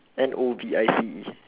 N O V I C E